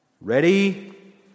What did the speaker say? ready